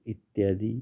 इत्यादी